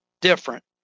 different